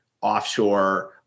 offshore